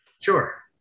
Sure